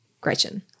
Gretchen